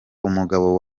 umugabo